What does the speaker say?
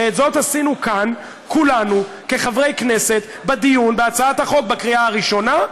ואת זאת עשינו כאן כולנו כחברי כנסת בדיון בהצעת החוק בקריאה הראשונה,